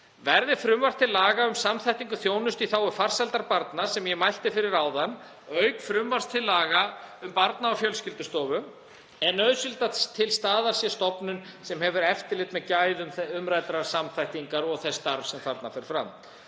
Verði frumvarp til laga, um samþættingu þjónustu í þágu farsældar barna, sem ég mælti fyrir áðan, auk frumvarps til laga um Barna- og fjölskyldustofu, að lögum er nauðsynlegt að til staðar sé stofnun sem hefur eftirlit með gæðum umræddrar samþættingar og þess starfs sem þarna fer fram.